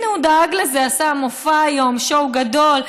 הינה, הוא דאג לזה, עשה מופע היום, שואו גדול.